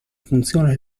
funziona